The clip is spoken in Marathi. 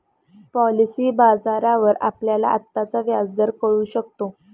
पॉलिसी बाजारावर आपल्याला आत्ताचा व्याजदर कळू शकतो